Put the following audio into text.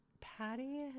Patty